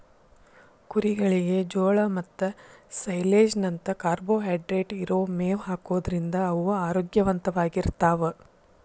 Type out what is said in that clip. ಕುರಿಗಳಿಗೆ ಜೋಳ ಮತ್ತ ಸೈಲೇಜ್ ನಂತ ಕಾರ್ಬೋಹೈಡ್ರೇಟ್ ಇರೋ ಮೇವ್ ಹಾಕೋದ್ರಿಂದ ಅವು ಆರೋಗ್ಯವಂತವಾಗಿರ್ತಾವ